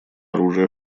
оружия